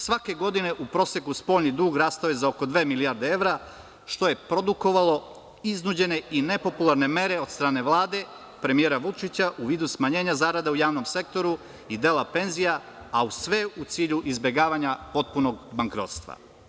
Svake godine u proseku spoljni dug raste za oko dve milijarde evra što je produkovalo iznuđene i nepopularne mere od strane Vlade, premijera Vučića u vidu smanjenja zarade u javnom sektoru i dela penzija a sve u cilju izbegavanja potpunog bankrotstva.